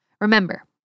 Remember